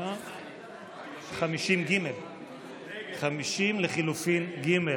50 לחלופין ג'.